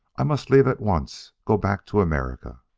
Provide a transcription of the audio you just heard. i must leave at once go back to america.